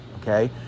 okay